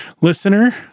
Listener